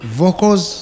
vocals